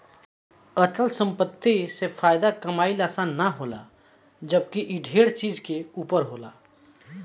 अचल संपत्ति से फायदा कमाइल आसान ना होला जबकि इ ढेरे चीज के ऊपर होला